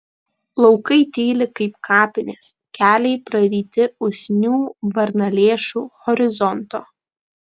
laukai tyli kaip kapinės keliai praryti usnių varnalėšų horizonto